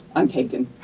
i'm taken.